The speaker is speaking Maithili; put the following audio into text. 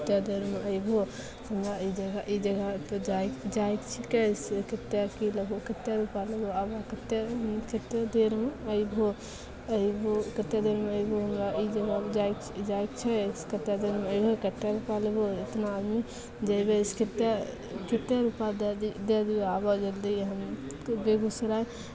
कतेक देरमे अइबहो हमरा ई जगह ई जगहसे जाइ जाइके छिकै से कतेक कि लेबहो कतेक रुपा लेबहो आबऽ कतेक कतेक देरमे अइबहो अइबहो कतेक देरमे अइबहो हमरा ई जगह जाइ जाइके छै कतना देरमे अइबहो कतेक रुपा लेबहो एतना आदमी जएबै से कतेक कतेक रुपा दै दि दै दिअऽ आबऽ जल्दी हम बेगूसराय